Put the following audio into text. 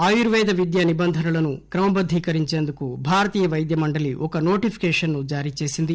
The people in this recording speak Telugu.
ఆయుర్వేద విద్య నిబంధనలను క్రమబద్దీకరించేందుకు భారతీయ వైద్య మండలి ఒక నోటిఫికేషన్ ను జారీచేసింది